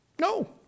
No